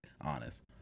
honest